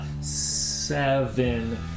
seven